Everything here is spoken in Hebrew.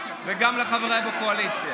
וגם לחבריי בקואליציה.